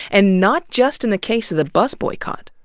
and not just in the case of the bus boycott.